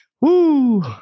Woo